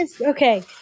Okay